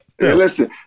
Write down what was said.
Listen